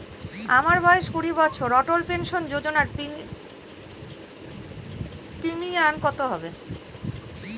আমার বয়স কুড়ি বছর অটল পেনসন যোজনার প্রিমিয়াম কত হবে?